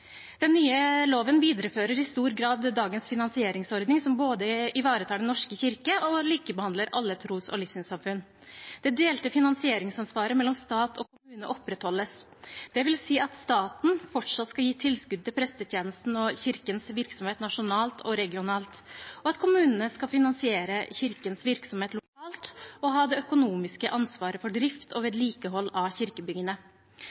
Den nye loven viderefører i stor grad dagens finansieringsordning, som både ivaretar Den norske kirke og likebehandler alle tros- og livssynssamfunn. Det delte finansieringsansvaret mellom stat og kommune opprettholdes. Det vil si at staten fortsatt skal gi tilskudd til prestetjenesten og Kirkens virksomhet nasjonalt og regionalt, og at kommunene skal finansiere Kirkens virksomhet lokalt og ha det økonomiske ansvaret for drift og